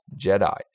Jedi